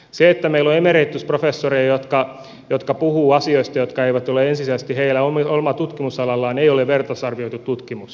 se että meillä on emeritusprofessoreja jotka puhuvat asioista jotka eivät ole ensisijaisesti heidän omalla tutkimusalallaan ei ole vertaisarvioitu tutkimus